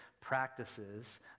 practices